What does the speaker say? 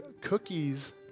cookies